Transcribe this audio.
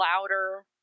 louder